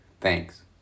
Thanks